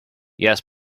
yes